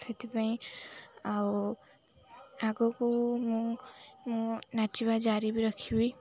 ସେଥିପାଇଁ ଆଉ ଆଗକୁ ମୁଁ ମୁଁ ନାଚିବା ଜାରି ବିି ରଖିବି